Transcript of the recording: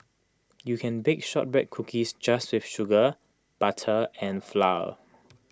you can bake Shortbread Cookies just with sugar butter and flour